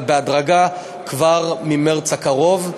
אבל בהדרגה כבר ממרס הקרוב.